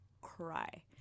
cry